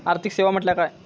आर्थिक सेवा म्हटल्या काय?